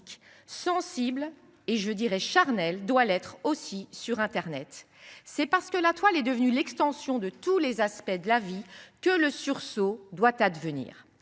sensibles et je dirais « charnels », doit l’être aussi sur internet. C’est parce que la toile est devenue l’extension de tous les aspects de la vie que le sursaut doit advenir.